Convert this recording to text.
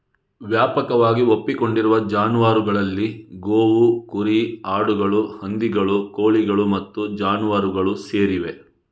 ವ್ಯಾಪಕವಾಗಿ ಒಪ್ಪಿಕೊಂಡಿರುವ ಜಾನುವಾರುಗಳಲ್ಲಿ ಗೋವು, ಕುರಿ, ಆಡುಗಳು, ಹಂದಿಗಳು, ಕೋಳಿಗಳು ಮತ್ತು ಜಾನುವಾರುಗಳು ಸೇರಿವೆ